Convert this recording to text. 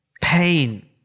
pain